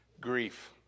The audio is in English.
grief